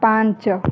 ପାଞ୍ଚ